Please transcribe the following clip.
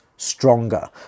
stronger